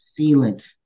Sealant